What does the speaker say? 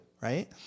right